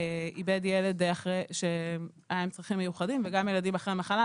שאיבד ילד שהיה עם צרכים מיוחדים וגם ילדים אחרי מחלה,